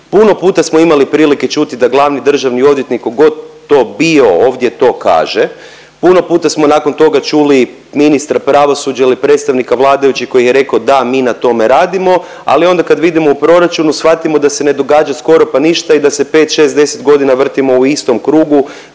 Puno puta smo imali prilike čuti da glavni državni odvjetnik tko god to bio ovdje to kaže. Puno puta smo nakon toga čuli ministra pravosuđa ili predstavnika vladajućih koji je rekao da, mi na tome radimo. Ali onda kad vidimo u proračunu shvatimo da se ne događa skoro pa ništa i da se pet, šest, deset godina vrtimo u istom krugu